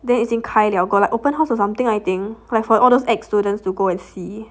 then is 开 liao got like open house or something I think like for all those ex students to go and see